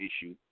issue